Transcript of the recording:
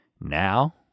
now